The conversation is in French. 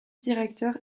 directeur